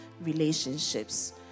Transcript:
relationships